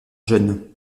jeune